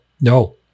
No